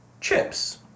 Chips